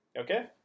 Okay